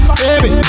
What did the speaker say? baby